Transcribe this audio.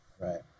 Right